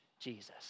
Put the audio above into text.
Jesus